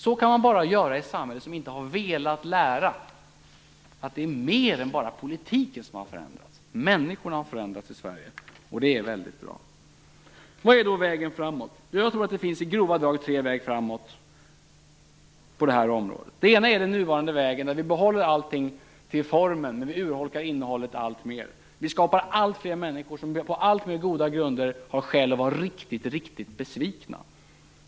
Så kan man bara göra i ett samhälle som inte har velat lära att det är mer än bara politiken som har förändrats. Människor har förändrats i Sverige, och det är väldigt bra. Vad är då vägen framåt? Jag tror att det i grova drag finns tre vägar framåt på det här området. Den ena är den nuvarande vägen där vi behåller allting till formen men urholkar innehållet alltmer. Vi skapar alltfler människor som på alltmer goda grunder har skäl att vara riktigt besvikna.